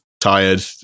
tired